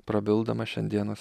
prabildamas šiandienos